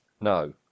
No